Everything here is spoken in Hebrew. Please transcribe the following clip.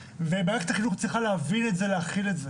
מערכת החינוך צריכה להבין את זה ולהכיל את זה.